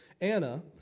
Anna